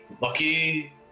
Lucky